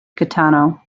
gaetano